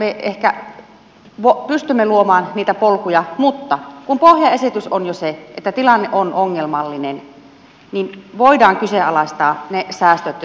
me ehkä pystymme luomaan niitä polkuja mutta kun pohjaesitys on jo se että tilanne on ongelmallinen niin voidaan kyseenalaistaa ne säästöt joita tästä tulee